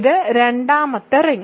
ഇത് രണ്ടാമത്തെ റിങ്